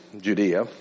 Judea